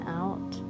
out